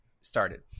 started